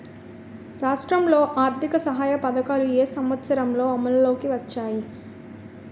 రాష్ట్రంలో ఆర్థిక సహాయ పథకాలు ఏ సంవత్సరంలో అమల్లోకి వచ్చాయి?